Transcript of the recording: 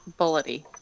bullety